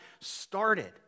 started